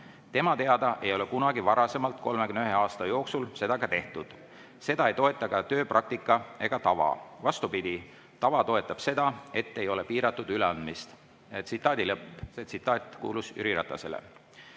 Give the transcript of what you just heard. Tema teada ei ole kunagi varasemalt, 31 aasta jooksul seda ka tehtud. Seda ei toeta ka tööpraktika ega tava. Vastupidi, tava toetab seda, et ei ole piiratud üleandmist. Tsitaat kuulub Jüri Ratasele.